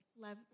love